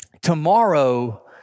tomorrow